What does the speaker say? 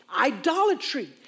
idolatry